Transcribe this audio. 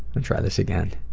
and try this again.